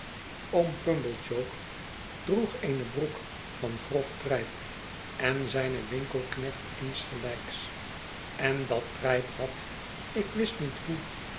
oom pumblechook droegeenebroek van grof trijp en zijn winkelknecht insgelijks en dat trijp had ik wist niet hoe